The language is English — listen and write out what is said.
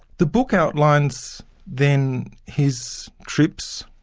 the book outlines then his trips,